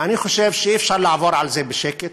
אני חושב שאי-אפשר לעבור על זה בשקט.